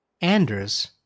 Anders